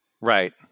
right